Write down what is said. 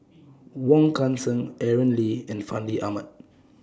Wong Kan Seng Aaron Lee and Fandi Ahmad